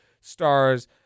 stars